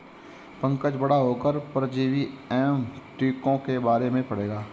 पंकज बड़ा होकर परजीवी एवं टीकों के बारे में पढ़ेगा